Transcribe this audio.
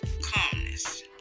calmness